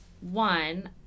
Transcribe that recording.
one